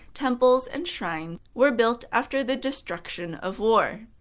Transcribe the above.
temples, and shrines were built after the destruction of war.